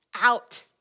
out